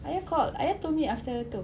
ayah called ayah told me after tu